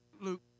Luke